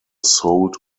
sold